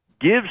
gives